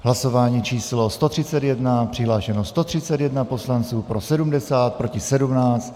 Hlasování číslo 131, přihlášeno 131 poslanců, pro 70, proti 17.